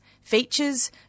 features